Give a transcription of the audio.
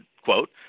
Quote